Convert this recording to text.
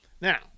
Now